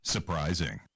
Surprising